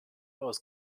aus